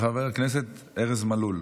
שמספרה 1146, של חבר הכנסת ארז מלול.